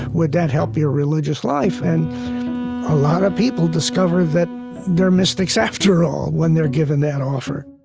would that help your religious life? and a lot of people discover that they're mystics after all when they're given that offer